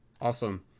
awesome